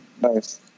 Nice